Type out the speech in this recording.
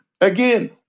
Again